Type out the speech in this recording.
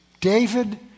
David